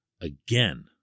again